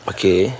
Okay